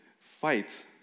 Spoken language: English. fight